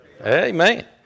Amen